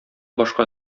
башка